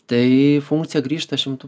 tai funkcija grįžta šimtu